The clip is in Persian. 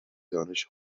دانش